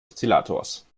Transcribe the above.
oszillators